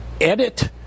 edit